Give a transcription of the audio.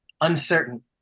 Uncertain